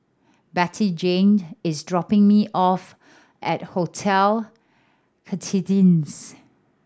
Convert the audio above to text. Bettyjane is dropping me off at Hotel Citadines